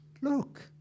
Look